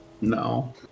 No